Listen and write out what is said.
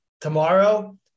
Tomorrow